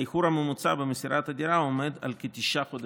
האיחור הממוצע במסירת הדירה עומד על כתשעה חודשים.